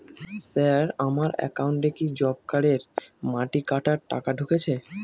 Sir আমার একাউন্টে কি জব কার্ডের মাটি কাটার টাকা ঢুকেছে?